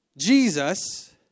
Jesus